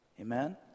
Amen